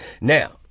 Now